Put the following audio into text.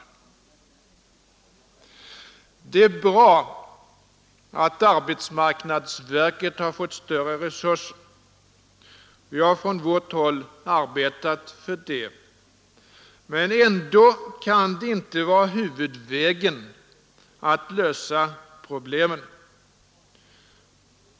Det är bra att arbetsmarknadsverket har fått större resurser. Vi har från vårt håll arbetat för det. Men ändå kan det inte vara huvudvägen att lösa problemen.